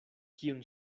kiun